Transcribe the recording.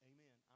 Amen